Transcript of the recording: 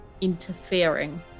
interfering